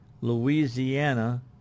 Louisiana